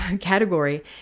category